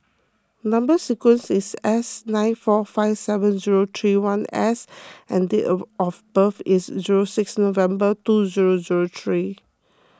Number Sequence is S nine four five seven zero two one S and date of of birth is zero six November two zero zero three